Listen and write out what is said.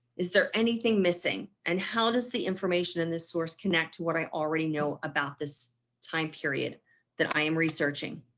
is there anything missing? and how does the information in this source connect to what i already know about this time period that i am researching?